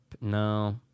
No